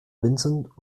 vincent